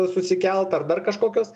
susikelt ar dar kažkokios